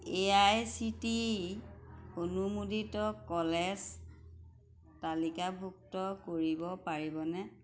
A I C T E অনুমোদিত কলেজ তালিকাভুক্ত কৰিব পাৰিবনে